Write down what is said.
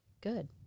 good